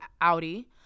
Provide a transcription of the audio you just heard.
Audi